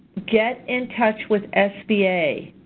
get in touch with sba.